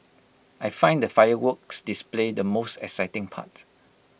I find the fireworks display the most exciting part